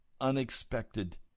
unexpected